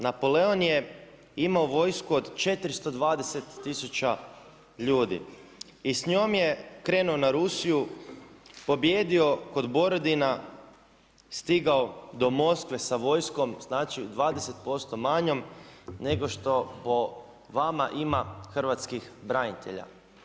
Napoleon je imao vojsku od 420 000 ljudi i s njom je krenuo na Rusiju, pobijedio kod Borodina, stigao do Moskve s vojskom, znači 20% manjom nego što po vama ima hrvatskih branitelja.